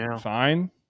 fine